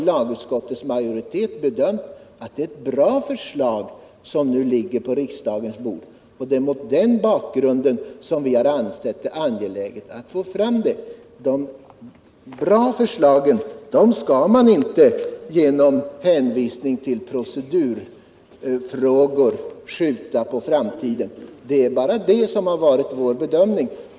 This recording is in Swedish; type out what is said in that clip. Lagutskottets majoritet tycker att det är ett bra förslag som nu ligger på riksdagens bord. Det är mot den bakgrunden som vi har ansett det angeläget att få fram det. Bra förslag skall man inte genom hänvisning till procedurfrågor skjuta på framtiden. Det är vår bedömning.